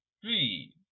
three